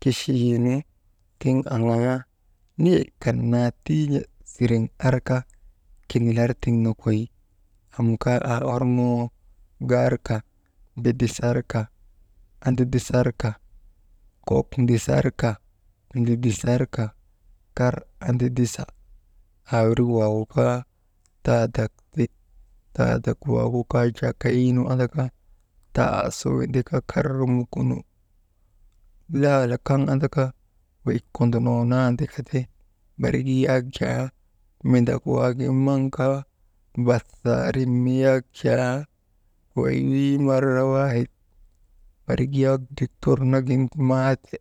Kichiyii nu tiŋ aŋaa niyek kan naa tiin̰e, siriŋ arka kinilar tiŋ nokoy, am kaa aa orŋoo garka mbidisarka didisarka, andidisarka, kok ndisarka, ndidisarka, kar andidisa, aawirik waagu kaa taadak ti, tadak waagu kaa kaynu andaka taasu windaka kar mukuno. Laala kaŋ andaka kondonoo naadikati barik yak jaa midak waagin maŋ kaa jaa basaarin mi yak jaa wey wi marawaahit barik yaak dokter nagin maate